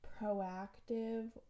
proactive